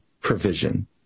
provision